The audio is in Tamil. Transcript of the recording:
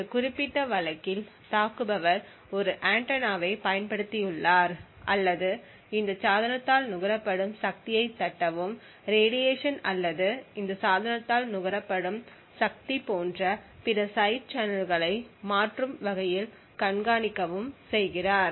இந்த குறிப்பிட்ட வழக்கில் தாக்குபவர் ஒரு ஆண்டெனாவைப் பயன்படுத்தியுள்ளார் அல்லது இந்தச் சாதனத்தால் நுகரப்படும் சக்தியைத் தட்டவும் ரேடியேஷன் அல்லது இந்தச் சாதனத்தால் நுகரப்படும் சக்தி போன்ற பிற சைடு சேனல்களை மாற்றும் வகையில் கண்காணிக்கவும் செய்கிறார்